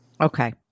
Okay